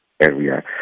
area